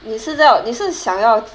你是要你是想要